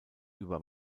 über